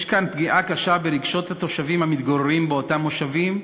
יש כאן פגיעה קשה ברגשות תושבים המתגוררים באותם מושבים,